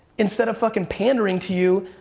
instead of fucking pandering to you,